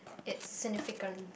it's significant